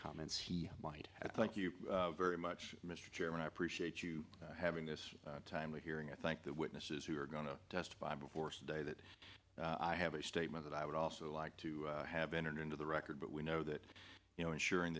comments he might add thank you very much mr chairman i appreciate you having this timely hearing i thank the witnesses who are going to testify before sunday that i have a statement that i would also like to have entered into the record but we know that you know ensuring